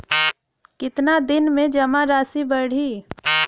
कितना दिन में जमा राशि बढ़ी?